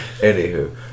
anywho